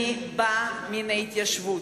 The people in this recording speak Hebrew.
אני באה מן ההתיישבות.